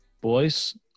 Boys